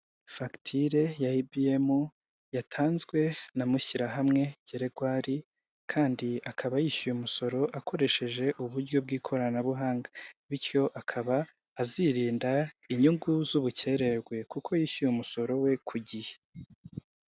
Fakitire ya ibiyemu yatanzwe na Mushyirahamwe Gregoire, kandi akaba yishyuye umusoro akoresheje uburyo bw'ikoranabuhanga. Bityo akaba azirinda inyungu z'ubukererwe kuko yishyuye umusoro we ku gihe.